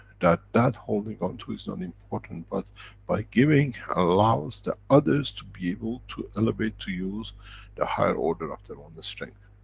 that that holding on to is not important, but by giving, allows the others to be able to elevate, to use the higher order of their own strength,